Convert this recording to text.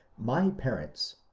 my parents,